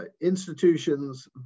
institutions